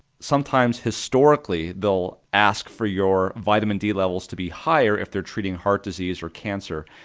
sometimes historically they'll ask for your vitamin d levels to be higher if they're treating heart disease or cancer,